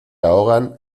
ahogan